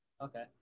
Okay